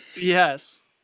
yes